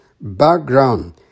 background